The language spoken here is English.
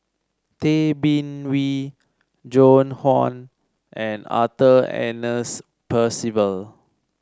Tay Bin Wee Joan Hon and Arthur Ernest Percival